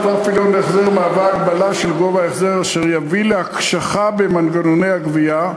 להחזר מהווה הגבלה של גובה ההחזר אשר תביא להקשחה במנגנוני הגבייה,